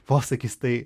posakis tai